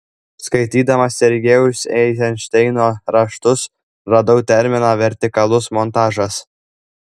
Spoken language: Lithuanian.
skaitydama sergejaus eizenšteino raštus radau terminą vertikalus montažas